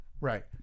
right